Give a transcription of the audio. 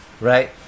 right